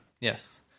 Yes